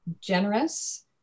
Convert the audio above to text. generous